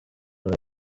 aya